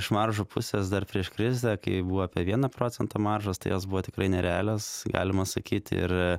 iš maršų pusės dar prieš krizę kai buvo apie vieną procentą maržos tai jos buvo tikrai nerealios galima sakyti ir